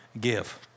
give